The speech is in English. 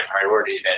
priority